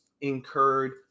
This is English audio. incurred